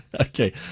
Okay